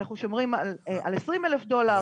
אנחנו שומעים על 20,000 דולר.